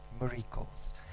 miracles